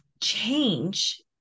change